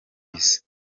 isi